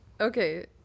Okay